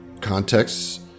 contexts